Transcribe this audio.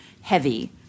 heavy